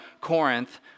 Corinth